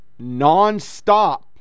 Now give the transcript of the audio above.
nonstop